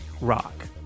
rock